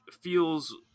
feels